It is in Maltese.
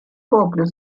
poplu